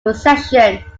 possession